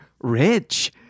rich